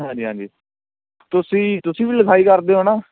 ਹਾਂਜੀ ਹਾਂਜੀ ਤੁਸੀਂ ਤੁਸੀਂ ਵੀ ਲਿਖਾਈ ਕਰਦੇ ਹੋ ਨਾ